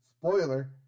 spoiler